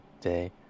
day